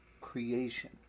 creation